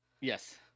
Yes